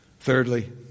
Thirdly